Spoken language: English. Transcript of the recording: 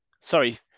Sorry